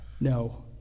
No